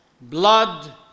blood